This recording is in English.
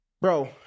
bro